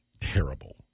terrible